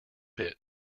bit